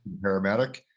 paramedic